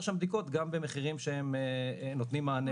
שם בדיקות גם במחירים שהם נותנים מענה לצרכים שלהם.